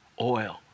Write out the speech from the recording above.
Oil